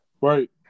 Right